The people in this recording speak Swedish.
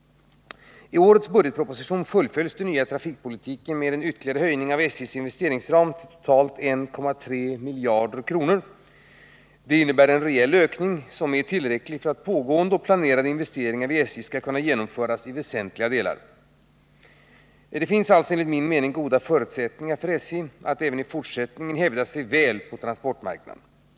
I årets budgetproposition fullföljs den nya trafikpolitiken med en ytterligare höjning av SJ:s investeringsram till totalt 1,3 miljarder kronor Detta innebär en reell ökning som är tillräcklig för att pågående och planerade investeringar vid SJ skall kunna genomföras i väsentliga delar. Enligt min mening finns således goda förutsättningar för SJ att även fortsättningsvis hävda sig väl på transportmarknaden.